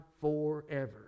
forever